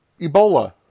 Ebola